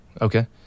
Okay